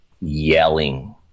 yelling